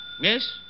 Yes